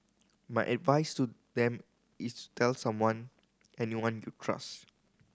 my advice to them is tell someone anyone you trust